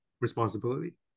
responsibility